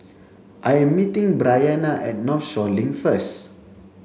I am meeting Bryana at Northshore Link first